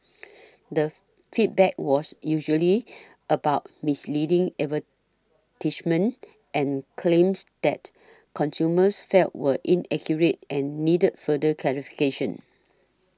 the feedback was usually about misleading advertisements and claims that consumers felt were inaccurate and needed further clarification